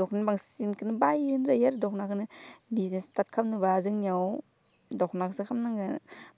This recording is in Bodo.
दख'ना बांसिनखौनो बाइयो होनजायो आरो दख'नाखौनो बिजनेस स्टार्ट खालामनोबा जोंनियाव दख'नाखौसो खालामनांगौ